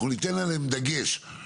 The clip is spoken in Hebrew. אנחנו נשים עליהם דגש,